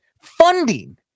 funding